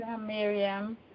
Miriam